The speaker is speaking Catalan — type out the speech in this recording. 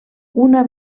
una